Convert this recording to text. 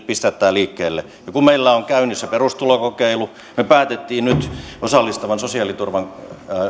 pistää tämän liikkeelle ja kun meillä on käynnissä perustulokokeilu me päätimme nyt osallistavan sosiaaliturvan